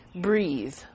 breathe